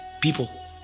people